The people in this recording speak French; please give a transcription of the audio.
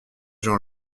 gens